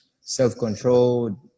self-control